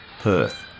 Perth